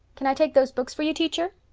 can i take those books for you, teacher?